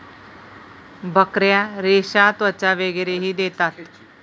बकऱ्या रेशा, त्वचा वगैरेही देतात